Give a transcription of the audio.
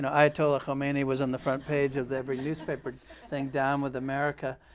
and ayatollah khomeini was on the front page of every newspaper saying down with america,